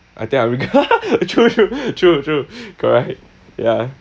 I think I'll reg~ true true true true correct ya